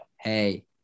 hey